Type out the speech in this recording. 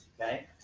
Okay